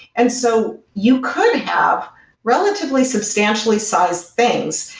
and so you could have relatively substantially sized things.